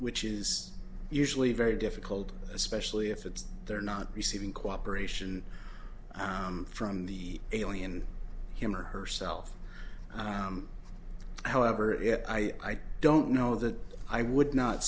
which is usually very difficult especially if it's they're not receiving cooperation from the alien him or herself however if i don't know that i would not